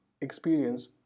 experience